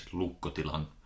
lukkotilan